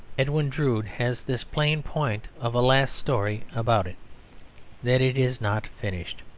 edwin drood has this plain point of a last story about it that it is not finished.